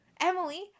Emily